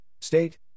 state